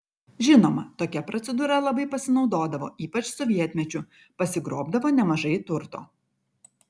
žinoma tokia procedūra labai pasinaudodavo ypač sovietmečiu pasigrobdavo nemažai turto